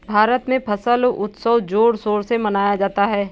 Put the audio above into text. भारत में फसल उत्सव जोर शोर से मनाया जाता है